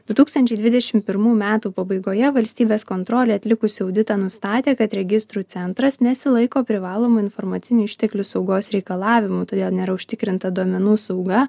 du tūkstančiai dvidešim pirmų metų pabaigoje valstybės kontrolė atlikusi auditą nustatė kad registrų centras nesilaiko privalomų informacinių išteklių saugos reikalavimų todėl nėra užtikrinta duomenų sauga